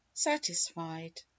Satisfied